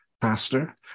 faster